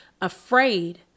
afraid